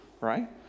right